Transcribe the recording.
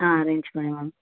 ஆ arrange பண்ணுங்கள் ma'am